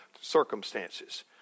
circumstances